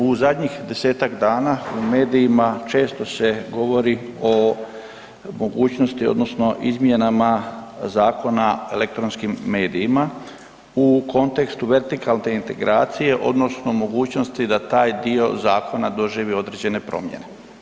U zadnjih 10-tak dana u medijima često se govori o mogućnosti odnosno izmjenama Zakona o elektronskim medijima u kontekstu vertikalne integracije odnosno mogućnost da taj dio zakona doživi određene promjene.